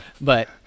but-